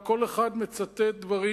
כל אחד מצטט דברים.